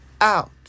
out